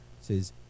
says